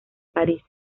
parís